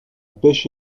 pêche